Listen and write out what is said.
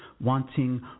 wanting